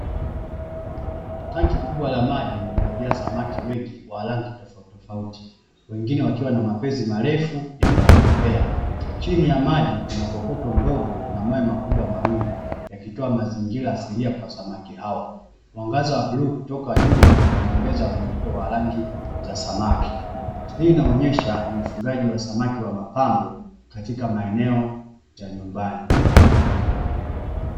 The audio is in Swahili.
Tanki kubwa la maji lililojaa samaki wengi wa rangi tofautitofauti. Wengine wakiwa na mapezi marefu yanayopepea, chini ya maji kuna kokoto ndogo na mawe makubwa mawili yakitoa mazingira asilia kwa samaki hao. Mwangaza wa bluu kutoka juu unaongeza mvuto wa rangi za samaki, hii inaonyesha ni ufugaji wa samaki wa matambo katika maeneo ya nyumbani.